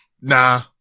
nah